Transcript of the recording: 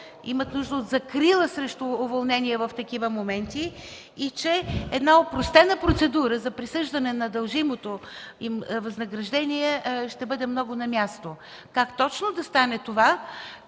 Имат нужда от закрила при уволнение в такива моменти. Една опростена процедура за присъждане на дължимото възнаграждение ще бъде много на място. Как точно да стане това,